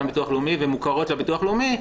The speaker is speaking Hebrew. מביטוח לאומי ומוכרות לביטוח לאומי,